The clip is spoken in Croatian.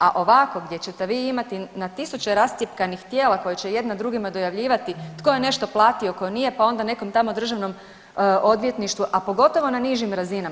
A ovako gdje ćete vi imati na tisuće rascjepkanih tijela koja će jedna drugima dojavljivati tko je nešto platio, tko nije, pa onda nekom tamo Državnom odvjetništvu, a pogotovo na nižim razinama.